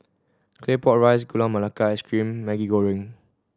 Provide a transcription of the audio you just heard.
Claypot Rice Gula Melaka Ice Cream Maggi Goreng